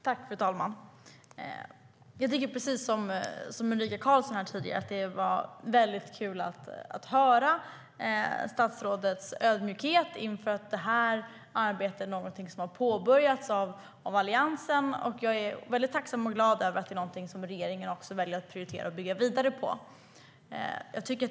Fru talman! Jag tycker precis om Ulrika Carlsson här tidigare att det var väldigt kul att höra statsrådets ödmjukhet inför att detta arbete är någonting som har påbörjats av Alliansen. Jag är väldigt tacksam och glad över att det är någonting som regeringen väljer att prioritera och bygga vidare på.